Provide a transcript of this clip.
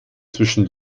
zwischen